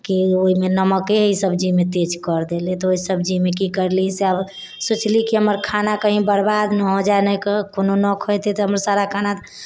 की ओहिमे नमके एहि सब्जीमे तेज करि देलै तऽ ओहि सब्जीमे की करली से अब सोचली की हमर खाना कहीँ बर्बाद नहि हो जाइ नहि कोनो नहि खइते तऽ हमर सारा खाना